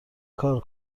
کار